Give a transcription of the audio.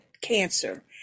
cancer